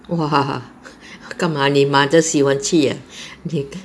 !wah! 干嘛你 mother 喜欢去 ah 你